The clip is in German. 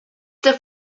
der